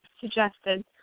suggested